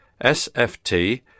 sft